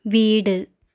വീട്